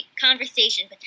conversation